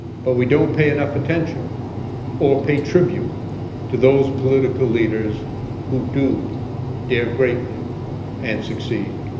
but we don't pay enough attention or pay tribute to those political leaders who do dare greatly and succeed.